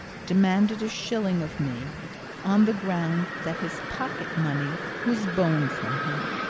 demanded a shilling of me on the ground that his pocket-money was boned from him.